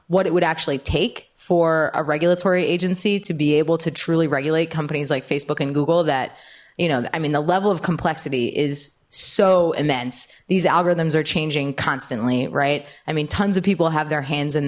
what it would actually take for a regulatory agency to be able to truly regulate companies like facebook and google that you know i mean the level of complexity is so immense these algorithms are changing constantly right i mean tons of people have their hands